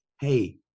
hey